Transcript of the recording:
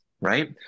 right